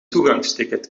toegangsticket